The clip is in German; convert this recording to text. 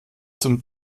zum